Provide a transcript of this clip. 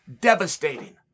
Devastating